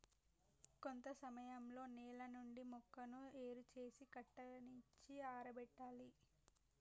కొంత సమయంలో నేల నుండి మొక్కను ఏరు సేసి కట్టనిచ్చి ఆరబెట్టాలి